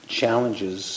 challenges